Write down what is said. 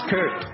Kurt